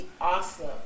awesome